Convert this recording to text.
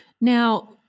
Now